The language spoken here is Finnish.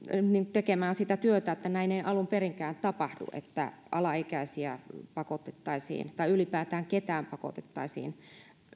tekemään sitä työtä että näin ei alun perinkään tapahdu että alaikäisiä pakotettaisiin tai ylipäätään ketään pakotettaisiin